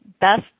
best